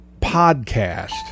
Podcast